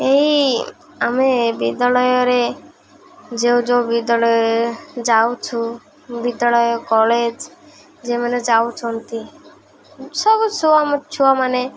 ଏଇ ଆମେ ବିଦ୍ୟାଳୟରେ ଯେଉଁ ଯେଉଁ ବିଦ୍ୟାଳୟ ଯାଉଛୁ ବିଦ୍ୟାଳୟ କଲେଜ ଯେମାନେ ଯାଉଛନ୍ତି ସବୁ ଛୁଆ ମ ଛୁଆମାନେ